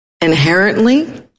Inherently